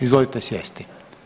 Izvolite sjesti.